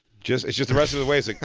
just it's just the rest of the ways, like